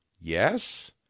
Yes